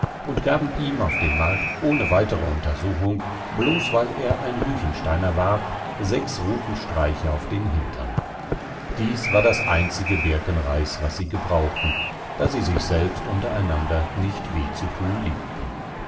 und gaben ihm auf dem markt ohne weitere untersuchung bloß weil er ein ruechensteiner war sechs rutenstreiche auf den hintern dies war das einzige birkenreis was sie gebrauchten da sie sich selbst untereinander nicht weh zu tun liebten